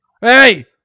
Hey